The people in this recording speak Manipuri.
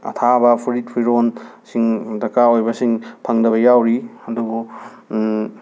ꯑꯊꯥꯕ ꯐꯨꯔꯤꯠ ꯐꯤꯔꯣꯜꯁꯤꯡ ꯗꯔꯀꯥꯔ ꯑꯣꯏꯕꯁꯤꯡ ꯐꯪꯗꯕ ꯌꯥꯎꯔꯤ ꯑꯗꯨꯕꯨ